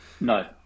no